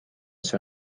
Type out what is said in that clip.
see